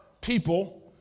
people